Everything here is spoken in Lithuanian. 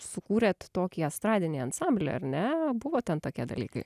sukūrėt tokį estradinį ansamblį ar ne buvo ten tokie dalykai